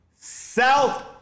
South